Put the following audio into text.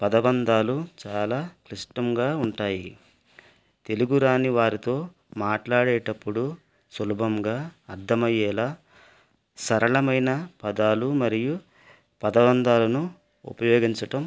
పదబంధాలు చాలా ఇష్టంగా ఉంటాయి తెలుగు రాని వారితో మాట్లాడేటప్పుడు సులభముగా అర్థమయ్యేలా సరళమైన పదాలు మరియు పదబంధాలను ఉపయోగించటం